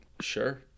Sure